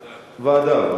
ועדה.